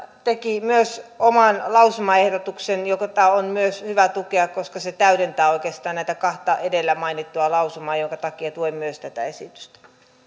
teki myös oman lausumaehdotuksen jota on myös hyvä tukea koska se täydentää oikeastaan näitä kahta edellä mainittua lausumaa minkä takia tuen myös tätä esitystä arvoisa